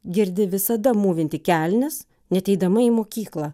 girdi visada mūvinti kelnes net eidama į mokyklą